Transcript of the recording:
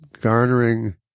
garnering